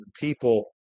People